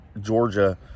Georgia